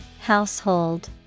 Household